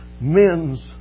men's